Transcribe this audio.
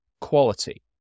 quality